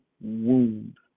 wound